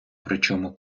причому